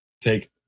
Take